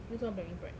没有做完 bearing prac